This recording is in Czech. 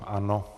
Ano.